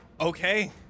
okay